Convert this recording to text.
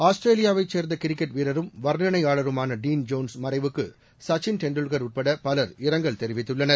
ஆஸ்திரேலியாவை சேர்ந்த கிரிக்கெட் வீரரும் வர்ணணையாளருமான டீன் ஜோன்ஸ் மறைவுக்கு ச்சின் டெண்டுல்கர் உட்பட பவர் இரங்கல் தெரிவித்துள்ளனர்